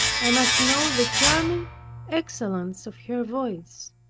i must know the charming excellence of her voice.